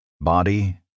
body